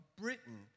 Britain